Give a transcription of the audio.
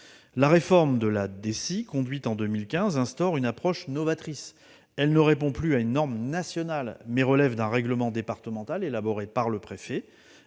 La réforme de la DECI, conduite en 2015, a instauré une approche novatrice : la DECI ne répond plus à une norme nationale, mais relève d'un règlement départemental élaboré par le préfet.